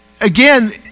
again